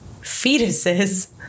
fetuses